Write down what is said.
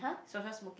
social smoking